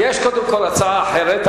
יש, קודם כול, הצעה אחרת.